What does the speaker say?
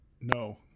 no